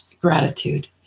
gratitude